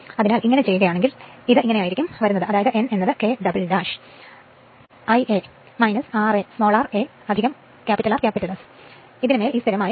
അതിനാൽ അങ്ങനെ ചെയ്യുകയാണെങ്കിൽ അത് ഇങ്ങനെയാണ് വരുന്നത് n K ഇരട്ട Ia ra R S ന് മേൽ ഈ സ്ഥിരമായ V